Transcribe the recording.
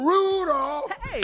Rudolph